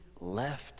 left